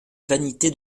vanité